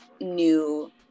new